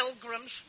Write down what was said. pilgrims